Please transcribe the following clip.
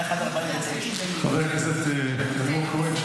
השעה 01:49. חבר הכנסת אלמוג כהן,